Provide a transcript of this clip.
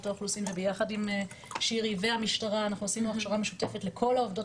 האוכלוסין וביחד עם שירי והמשטרה אנחנו עשינו הכשרה משותפת לכל העובדות